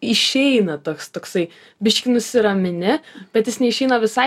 išeina toks toksai biškį nusiramini bet jis neišeina visai